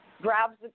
grabs